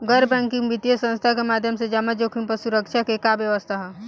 गैर बैंकिंग वित्तीय संस्था के माध्यम से जमा जोखिम पर सुरक्षा के का व्यवस्था ह?